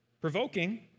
Provoking